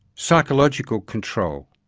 psychological control,